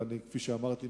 וכפי שאמרתי,